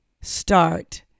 start